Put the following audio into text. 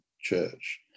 church